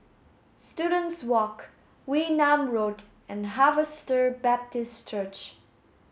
Students Walk Wee Nam Road and Harvester Baptist Church